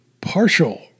partial